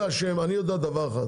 אני יודע דבר אחד